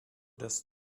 dass